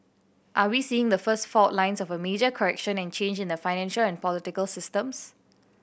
are we seeing the first fault lines of a major correction and change in the financial and political systems